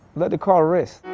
let the car rest.